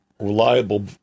reliable